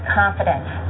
confidence